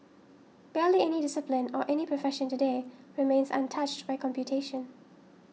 barely any discipline or any profession today remains untouched by computation